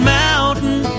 mountain